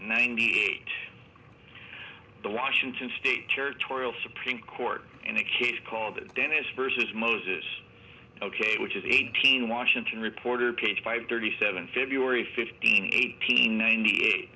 ninety eight the washington state territorial supreme court in a case called dennis versus moses ok which is eighteen washington reporter kate five thirty seven february fifteenth eighteen ninety eight